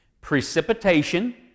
Precipitation